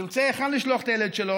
לאן ירצה לשלוח את הילד שלו?